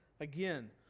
Again